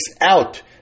out